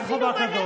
חכה.